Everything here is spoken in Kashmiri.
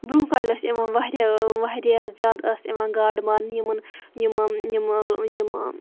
برونٛہہ کالہِ ٲسۍ یِوان واریاہ واریاہ زیادٕ ٲسۍ یِوان گاڈٕ مارنہٕ یِمَن